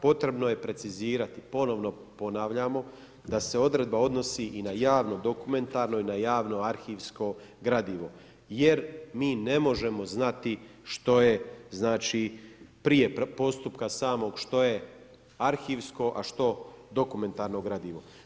Potrebno je precizirati, ponovno ponavljamo, da se odredba odnosi i na javno dokumentarno i na javno arhivsko gradivo jer mi ne možemo znati što je prije postupka samog, što je arhivsko, a što dokumentarno gradivo.